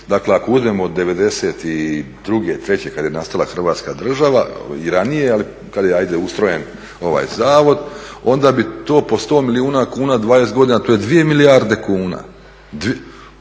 dakle ako uzmemo od '92., '93. kad je nastala Hrvatska država i ranije, ali kad je hajde ustrojen ovaj zavod onda bi to po sto milijuna kuna 20 godina to je 2 milijarde kuna.